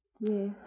Yes